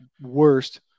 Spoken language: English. worst